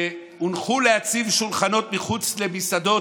שהונחו להציב שולחנות מחוץ למסעדות